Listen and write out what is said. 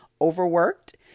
overworked